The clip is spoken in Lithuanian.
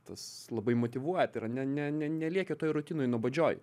tas labai motyvuoja tai yra ne ne ne nelieki toj rutinoj nuobodžioj